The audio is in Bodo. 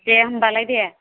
दे होमबालाय दे